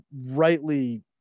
rightly